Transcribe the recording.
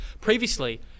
previously